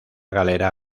galera